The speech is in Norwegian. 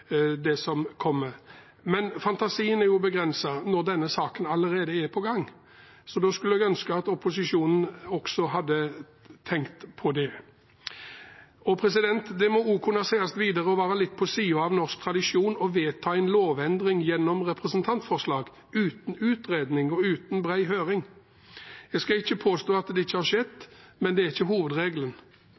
det som kommer. Men fantasien er jo begrenset når denne saken allerede er i gang. Da skulle jeg ønske at opposisjonen også hadde tenkt på det. Det må videre også kunne sies å være litt på siden av norsk tradisjon å vedta en lovendring gjennom representantforslag uten utredning og uten bred høring. Jeg skal ikke påstå at det ikke har skjedd, men det er ikke hovedregelen.